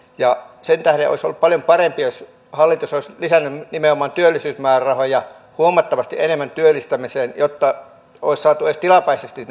sen tähden olisi ollut paljon parempi jos hallitus olisi lisännyt nimenomaan työllisyysmäärärahoja huomattavasti enemmän työllistämiseen jotta olisi saatu edes tilapäisesti